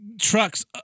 Trucks